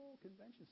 convention